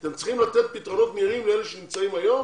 אתם צריכים לתת פתרונות מהירים לאלה שמחכים היום,